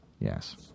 Yes